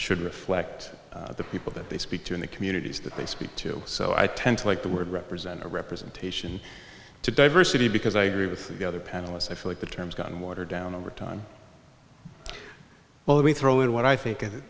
should reflect the people that they speak to in the communities that they speak to so i tend to like the word represent a representation to diversity because i agree with the other panelists i feel like the terms gotten watered down over time well we throw in what i think it